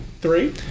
Three